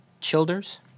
Childers